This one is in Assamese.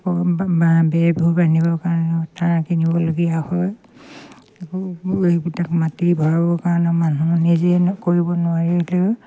আকৌ বেৰ বান্ধিবৰ কাৰণে তাঁৰ কিনিবলগীয়া হয় এইবিলাক মাটি ভৰাবৰ কাৰণে মানুহ নিজে কৰিব নোৱাৰিলেও